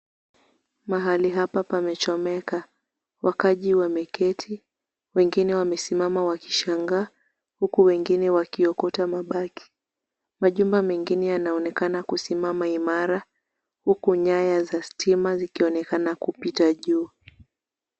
Mahali hapa pamechomeka. Wakaji wameketi, wengine wamesimama wakishangaa, huku wengine wakiokota mabaki. Majumba mengine yanaonekana kusimama imara, huku nyaya za stima zikionekana kupita juu.